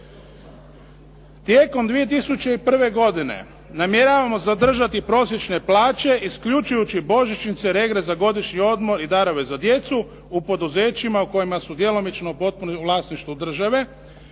Tijekom 2001. godine namjeravamo zadržati prosječne plaće isključujući božićnice, regres za godišnji odmor i darove za djecu u poduzećima u kojima su djelomično, potpuno u vlasništvu države.